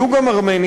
היו גם ארמנים,